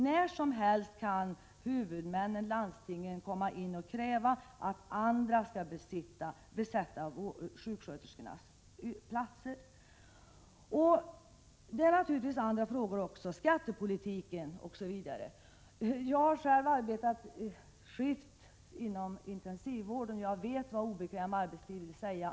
När som helst kan huvudmännen, landstingen, kräva att andra skall besätta sjuksköterskornas platser. Naturligtvis spelar också andra frågor in — skattepolitiken osv. Jag har själv arbetat skift inom intensivvården. Jag vet vad obekväm arbetstid vill säga.